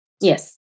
Yes